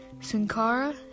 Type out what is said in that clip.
Sankara